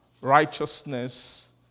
righteousness